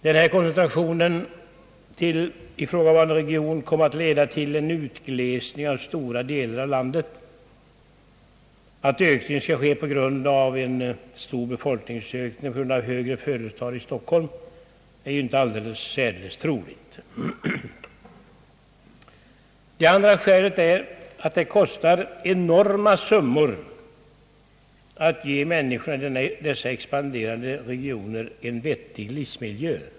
Denna koncentration till ifrågavarande region kommer att leda till en utglesning av stora delar av landet. Att ökningen skall ske på grund av en stor befolkningsökning orsakad av högre födelsetal i Stockholm är inte särskilt troligt. Det andra skälet är att det kostar enorma summor att ge människorna i dessa expanderande regioner en vettig livsmiljö.